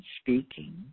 speaking